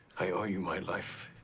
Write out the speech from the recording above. i owe you my life,